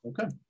Okay